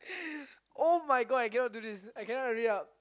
[oh]-my-God I cannot do this I cannot read up